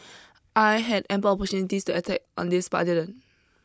I had ample opportunities to attack on this but I didn't